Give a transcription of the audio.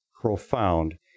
profound